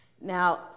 Now